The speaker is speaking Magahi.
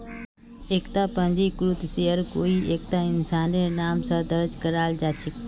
एकता पंजीकृत शेयर कोई एकता इंसानेर नाम स दर्ज कराल जा छेक